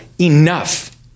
enough